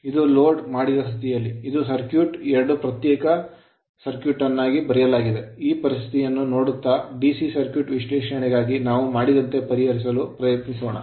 ಇದು load load ಮಾಡಿದ ಸ್ಥಿತಿಯಲ್ಲಿ ಇದು circuit ಸರ್ಕ್ಯೂಟ್ ಎರಡು ಪ್ರತ್ಯೇಕ circuit ಸರ್ಕ್ಯೂಟ್ ಅನ್ನು ಬರೆಯಲಾಗಿದೆ ಈ ಪರಿಸ್ಥಿತಿಗಳನ್ನು ನೋಡುತ್ತಾ DC circuit ಸರ್ಕ್ಯೂಟ್ ವಿಶ್ಲೇಷಣೆಗಾಗಿ ನಾವು ಮಾಡಿದಂತೆ ಪರಿಹರಿಸಲು ಪ್ರಯತ್ನಿಸೂಣ